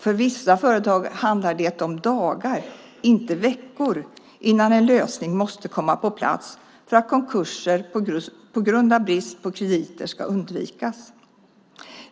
För vissa företag handlar det om dagar, inte veckor, innan en lösning måste komma på plats för att konkurser på grund av brist på krediter ska undvikas.